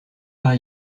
par